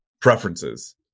preferences